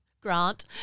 Grant